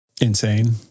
insane